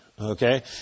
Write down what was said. Okay